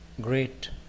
great